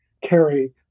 carry